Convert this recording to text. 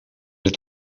het